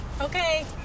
okay